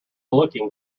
looking